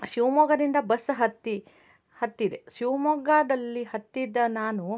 ಶಿವ್ಮೊಗ್ಗದಿಂದ bus ಹತ್ತಿ ಹತ್ತಿದೆ ಶಿವಮೊಗ್ಗದಲ್ಲಿ ಹತ್ತಿದ ನಾನು